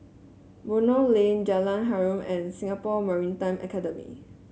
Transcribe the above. Buroh Lane Jalan Harum and Singapore Maritime Academy